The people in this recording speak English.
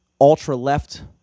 ultra-left